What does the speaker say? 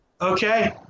Okay